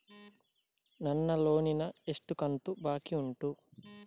ನನ್ನ ಲೋನಿನ ಎಷ್ಟು ಕಂತು ಬಾಕಿ ಉಂಟು?